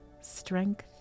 strength